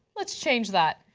let's change that.